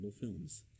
films